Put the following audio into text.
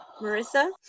Marissa